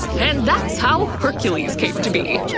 and that's how hercules came to be!